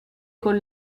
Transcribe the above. con